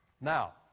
Now